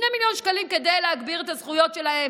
2 מיליון שקלים כדי להגביר את הזכויות שלהם,